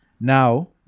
now